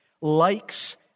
likes